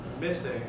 missing